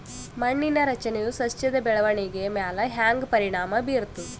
ಮಣ್ಣಿನ ರಚನೆಯು ಸಸ್ಯದ ಬೆಳವಣಿಗೆಯ ಮ್ಯಾಲ ಹ್ಯಾಂಗ ಪರಿಣಾಮ ಬೀರ್ತದ?